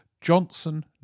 Johnson